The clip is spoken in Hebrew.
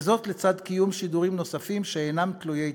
וזאת לצד קיום שידורים נוספים שאינם תלויי תרבות.